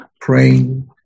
praying